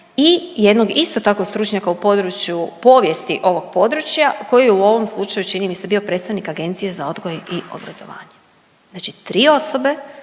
i jednog isto tako stručnjaka u području povijesti ovog područja koji je u ovom slučaju čini mi se bio predstavnik Agencije za odgoj i obrazovanje, znači tri osobe.